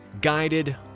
guided